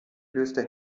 löste